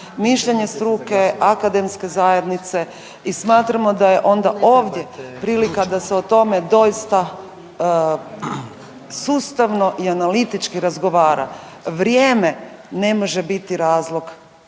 mišljenje struke, akademske zajednice i smatramo da je onda ovdje prilika da se o tome doista sustavno i analitički razgovara. Vrijeme ne može biti razlog